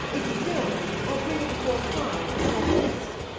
if you don't, i'll bring it before pye after breakfast.